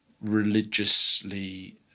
religiously